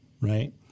right